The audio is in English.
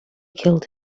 killed